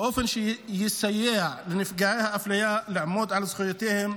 באופן שיסייע לנפגעי האפליה לעמוד על זכויותיהם,